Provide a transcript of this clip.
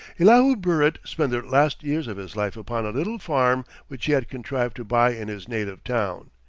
elihu burritt spent the last years of his life upon a little farm which he had contrived to buy in his native town.